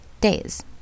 days